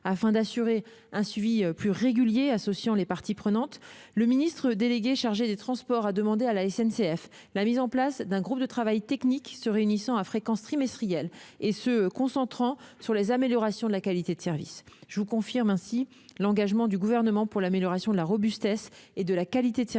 Afin d'assurer un suivi plus régulier associant les parties prenantes, le ministre délégué chargé des transports a demandé à la SNCF la mise en place d'un groupe de travail technique se réunissant à fréquence trimestrielle et se concentrant sur les améliorations de la qualité de service. Je vous confirme ainsi l'engagement du Gouvernement pour l'amélioration de la robustesse et de la qualité de service